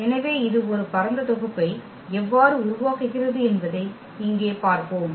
எனவே இது ஒரு பரந்த தொகுப்பை எவ்வாறு உருவாக்குகிறது என்பதை இங்கே பார்ப்போம்